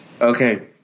Okay